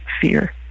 fear